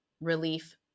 relief